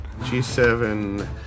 G7